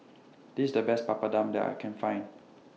This IS The Best Papadum that I Can Find